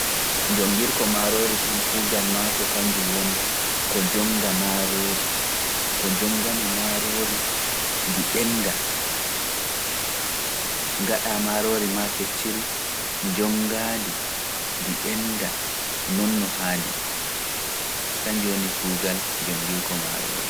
Jonngirko maaroori kam kuugal maako kannjum woni, ko njonnga maaroori, ko njonngane maaroori ndi ɓennda, ngaɗaa maaroori maa kecciri njonngaa-ndi ɓennda non no haandi, kannjum woni kuugal jonngirko maaroori.